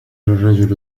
الرجل